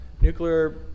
nuclear